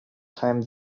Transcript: time